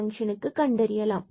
பங்ஷனுக்கு கண்டறியலாம்